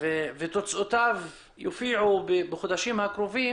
ותוצאותיו יופיעו בחודשים הקרובים,